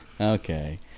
Okay